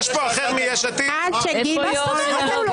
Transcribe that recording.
איפה הסדרנים?